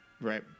Right